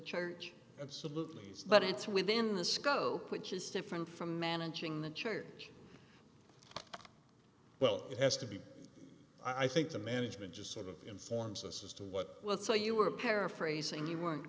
church absolutely but it's within the scope which is different from managing the church well it has to be i think the management just sort of informs us as to what will so you were paraphrasing you weren't